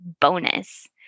bonus